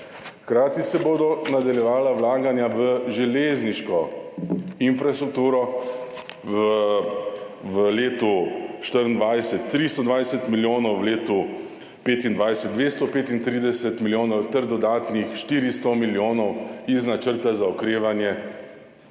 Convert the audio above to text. Hkrati se bodo nadaljevala vlaganja v železniško infrastrukturo, v letu 2024 320 milijonov, v letu 2025 235 milijonov ter dodatnih 400 milijonov iz načrta za okrevanje